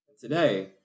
Today